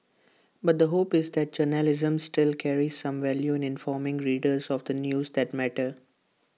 but the hope is that journalism still carries some value informing readers of the news that matter